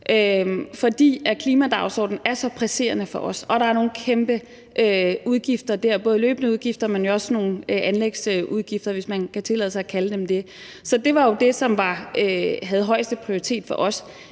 fordi klimadagsordenen er så presserende for os, og fordi der er nogle kæmpe udgifter dér, både løbende udgifter, men også nogle anlægsudgifter, hvis man kan tillade sig at kalde dem det. Det var det, der havde højeste prioritet for os.